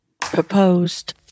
proposed